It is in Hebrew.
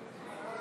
בעד